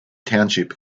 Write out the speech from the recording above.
township